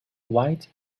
wide